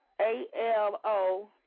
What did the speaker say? A-L-O